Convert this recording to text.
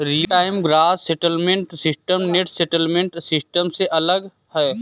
real time gross settlement system net settlement system से अलग है